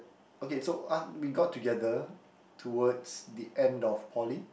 okay so uh we got together towards the end of poly